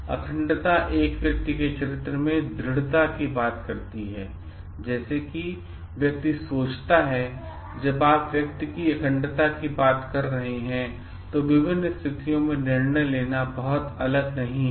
अखंडता एक व्यक्ति के चरित्र में दृढ़ता की बात करती है जैसे कि व्यक्ति सोचता है जब आप व्यक्ति की अखंडता की बात कर रहे होते हैं तो विभिन्न स्थितियों में निर्णय लेना बहुत अलग नहीं है